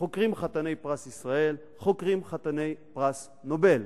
חוקרים חתני פרס ישראל, חוקרים חתני פרס נובל.